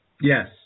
Yes